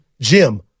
Jim